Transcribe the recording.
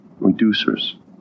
reducers